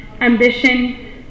ambition